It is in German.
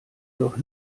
doch